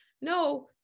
no